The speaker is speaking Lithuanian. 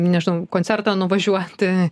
nežinau koncertą nuvažiuoti